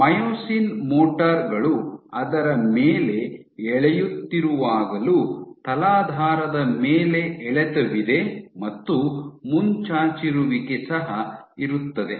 myosin motor ಗಳು ಅದರ ಮೇಲೆ ಎಳೆಯುತ್ತಿರುವಾಗಲೂ ತಲಾಧಾರದ ಮೇಲೆ ಎಳೆತವಿದೆ ಮತ್ತು ಮುಂಚಾಚಿರುವಿಕೆ ಸಹ ಇರುತ್ತದೆ